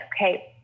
okay